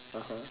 (uh huh)